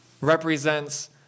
represents